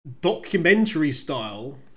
documentary-style